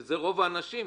שאלה רוב האנשים.